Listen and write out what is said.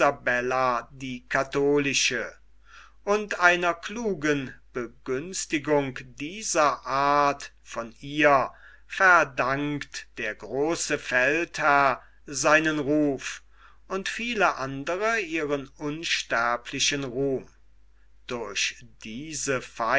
isabella die katholische und einer klugen begünstigung dieser art von ihr verdankt der große feldherr seinen ruf und viele andre ihren unsterblichen ruhm durch diese